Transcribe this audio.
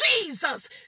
Jesus